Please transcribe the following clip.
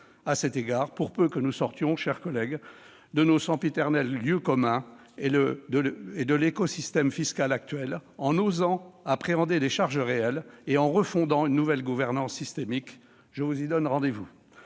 à cet égard, pour peu que nous sortions de nos sempiternels lieux communs et de l'écosystème fiscal actuel, en osant appréhender les charges réelles et en refondant une nouvelle gouvernance systémique. Je vous y donne rendez-vous